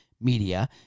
media